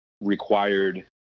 required